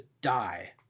die